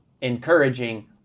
encouraging